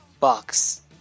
Box